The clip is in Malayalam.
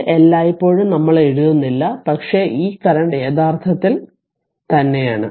ഇത് എല്ലായ്പ്പോഴും നമ്മൾ എഴുതുന്നില്ല പക്ഷേ ഈ കറന്റ് യഥാർത്ഥത്തിൽ തന്നെയാണ്